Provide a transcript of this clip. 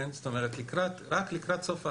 רק לקראת סוף העשור,